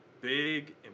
Big